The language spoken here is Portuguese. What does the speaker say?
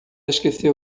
esqueceu